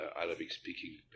Arabic-speaking